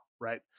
right